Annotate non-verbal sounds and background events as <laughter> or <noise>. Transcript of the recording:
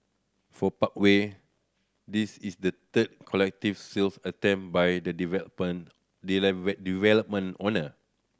for Parkway this is the third collective sale attempt by the <unintelligible> development owner